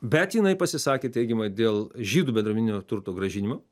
bet jinai pasisakė teigiamai dėl žydų bendruomeninio turto grąžinimo